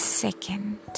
second